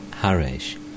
Harish